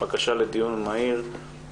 בקשה לדיון מהיר.